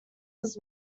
was